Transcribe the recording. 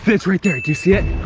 it's right there, do you see it?